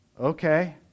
okay